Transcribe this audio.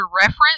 reference